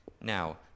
Now